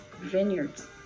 vineyards